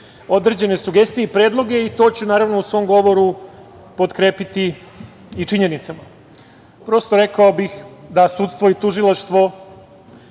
određene sugestije i predloge i to ću u svom govoru potkrepiti i činjenicama. Rekao bih da sudstvo i tužilaštvo